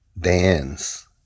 dance